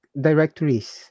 directories